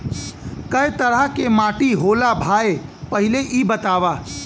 कै तरह के माटी होला भाय पहिले इ बतावा?